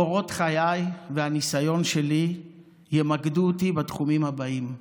קורות חיי והניסיון שלי ימקדו אותי בתחומים הבאים: